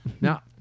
Now